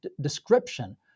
description